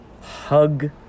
Hug